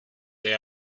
they